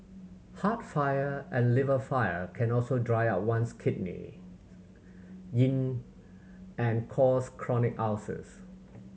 heart fire and liver fire can also dry up one's kidney yin and cause chronic ulcers